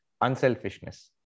unselfishness